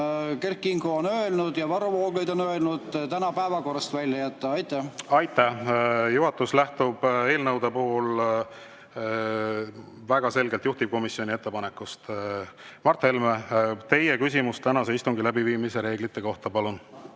Kert Kingo ja Varro Vooglaid on nimetanud, täna päevakorrast välja jätta. Aitäh! Juhatus lähtub eelnõude puhul väga selgelt juhtivkomisjoni ettepanekust. Mart Helme, teie küsimus tänase istungi läbiviimise reeglite kohta, palun!